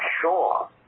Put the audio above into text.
sure